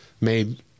made